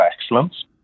excellence